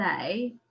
say